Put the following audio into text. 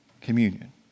communion